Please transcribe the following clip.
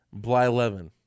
Blylevin